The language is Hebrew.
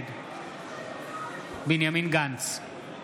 נגד בנימין גנץ,